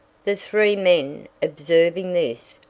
the three men, observing this,